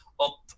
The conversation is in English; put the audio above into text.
up